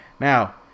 Now